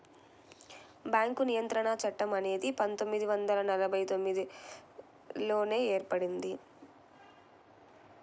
bank నియంత్రణ చట్టం అనేది పందొమ్మిది వందల నలభై తొమ్మిదిలోనే ఏర్పడింది